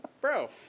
Bro